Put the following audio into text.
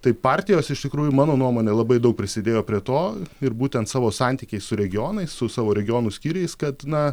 tai partijos iš tikrųjų mano nuomone labai daug prisidėjo prie to ir būtent savo santykiai su regionais su savo regionų skyriais kad na